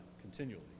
continually